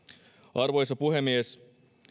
arvoisa puhemies